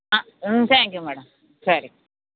ஆ ம் thank you madam சரி